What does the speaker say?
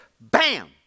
bam